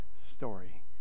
story